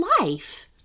life